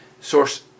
source